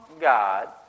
God